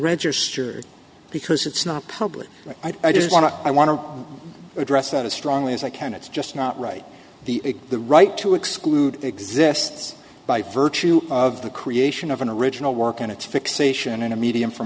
registered because it's not public i just want to i want to address that as strongly as i can it's just not right the the right to exclude exists by virtue of the creation of an original work in its fixation in a medium f